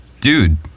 dude